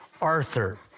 Arthur